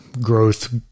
growth